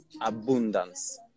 abundance